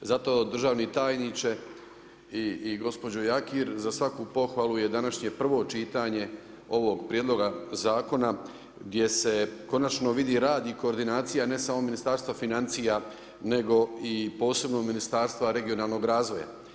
Zato državni tajniče i gospođo Jakir za svaku pohvalu je današnje prvo čitanje ovog prijedloga zakona gdje se konačno vidi rad i koordinacija ne samo Ministarstva financija nego i posebno Ministarstva regionalnog razvoja.